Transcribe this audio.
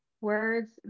words